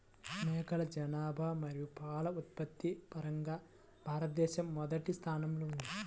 మేకల జనాభా మరియు పాల ఉత్పత్తి పరంగా భారతదేశం మొదటి స్థానంలో ఉంది